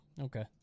okay